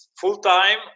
full-time